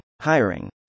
hiring